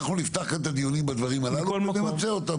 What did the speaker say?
אנחנו נפתח כאן את הדיונים בדברים הללו ונמצה אותם.